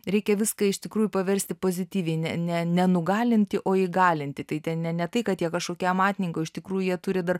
reikia viską iš tikrųjų paversti pozityvine nenenugalinti o įgalinti tai ten ne ne tai kad jie kažkokie amatininkai o iš tikrųjų jie turi dar